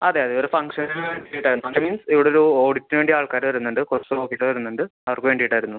അതെ അതെ ഒര് ഫങ്ഷന് വേണ്ടിയിട്ടായിരുന്നു ഫങ്ഷൻ മീൻസ് ഇവിടൊരു ഓഡിറ്റിന് വേണ്ടി ആൾക്കാര് വരുന്നുണ്ട് കുറച്ച് ഓഫീസർ വരുന്നുണ്ട് അവർക്ക് വേണ്ടിയിട്ടായിരുന്നു